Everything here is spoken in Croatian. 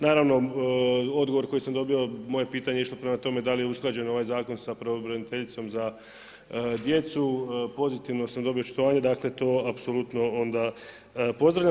Naravno odgovor koji sam dobio, moje je pitanje išlo prema tome da li je usklađen ovaj zakon sa pravobraniteljicom za djecu, pozitivno sam dobio očitovanje, dakle to apsolutno pozdravljam.